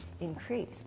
increase